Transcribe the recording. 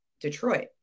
Detroit